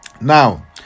Now